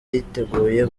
yiteguye